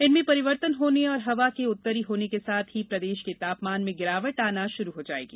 इनमें परिवर्तन होने और हवा के उत्तरी होने के साथ ही प्रदेश के तापमान में गिरावट आना शुरू हो जायेगी